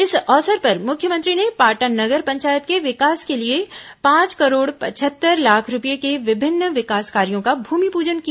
इस अवसर पर मुख्यमंत्री ने पाटन नगर पंचायत के विकास के लिए पांच करोड़ पचहत्तर लाख रूपये के विभिन्न विकास कार्यों का भूमिपूजन किया